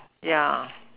ya